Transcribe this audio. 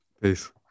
Peace